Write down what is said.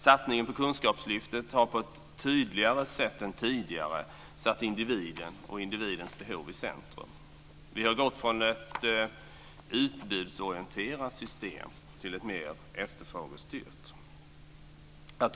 Satsningen på Kunskapslyftet har på ett tydligare sätt än tidigare satt individen och individens behov i centrum. Vi har gått från ett utbudsorienterat system till ett mer efterfrågestyrt system.